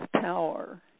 power